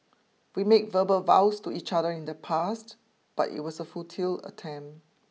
we made verbal vows to each other in the past but it was a futile attempt